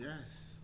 Yes